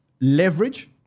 leverage